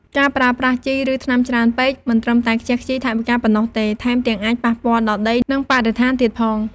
ការប្រើប្រាស់ជី ឬថ្នាំច្រើនពេក មិនត្រឹមតែខ្ជះខ្ជាយថវិកាប៉ុណ្ណោះទេ ថែមទាំងអាចប៉ះពាល់ដល់ដី និងបរិស្ថានទៀតផង។